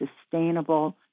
sustainable